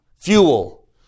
fuel